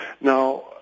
Now